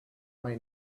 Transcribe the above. may